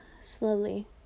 Slowly